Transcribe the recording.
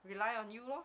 rely on you lor